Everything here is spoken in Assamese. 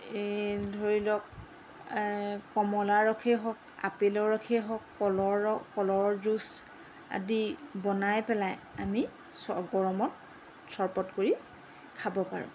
এই ধৰি লওক কমলা ৰসেই হওক আপেলৰ ৰসেই হওক কলৰ ৰস কলৰ জুইচ আদি বনাই পেলাই আমি চ গৰমত চৰপত কৰি খাব পাৰোঁ